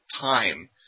time